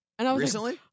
Recently